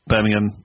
Birmingham